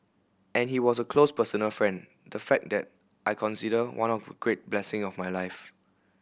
and he was a close personal friend the fact that I consider one of the great blessing of my life